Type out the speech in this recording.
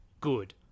good